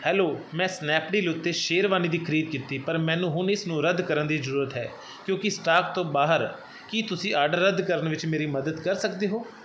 hello ਮੈਂ ਸਨੈਪਡੀਲ ਉੱਤੇ ਸ਼ੇਰਵਾਨੀ ਦੀ ਖਰੀਦ ਕੀਤੀ ਪਰ ਮੈਨੂੰ ਹੁਣ ਇਸ ਨੂੰ ਰੱਦ ਕਰਨ ਦੀ ਜ਼ਰੂਰਤ ਹੈ ਕਿਉਂਕਿ ਸਟਾਕ ਤੋਂ ਬਾਹਰ ਕੀ ਤੁਸੀਂ ਆਰਡਰ ਰੱਦ ਕਰਨ ਵਿੱਚ ਮੇਰੀ ਮਦਦ ਕਰ ਸਕਦੇ ਹੋ